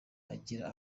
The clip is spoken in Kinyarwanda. agira